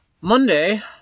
Monday